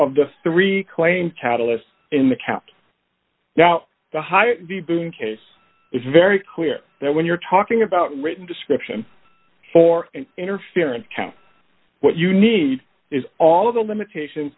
of the three claims catalyst in the count now the higher the boom case it's very clear that when you're talking about written description for an interference count what you need is all of the limitations